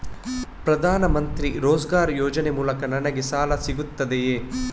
ಪ್ರದಾನ್ ಮಂತ್ರಿ ರೋಜ್ಗರ್ ಯೋಜನೆ ಮೂಲಕ ನನ್ಗೆ ಸಾಲ ಸಿಗುತ್ತದೆಯೇ?